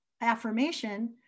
affirmation